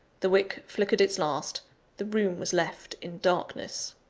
the wick flickered its last the room was left in darkness.